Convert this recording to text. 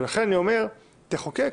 ולכן אני אומר, תחוקק.